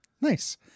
Nice